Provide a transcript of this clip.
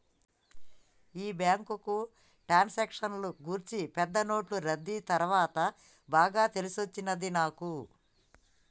ఈ బ్యాంకు ట్రాన్సాక్షన్ల గూర్చి పెద్ద నోట్లు రద్దీ తర్వాత బాగా తెలిసొచ్చినది నాకు